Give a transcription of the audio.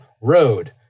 road